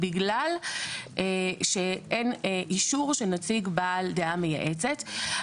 בגלל שאין אישור של נציג בלע דעה מייעצת.